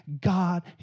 God